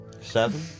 Seven